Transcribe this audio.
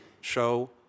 show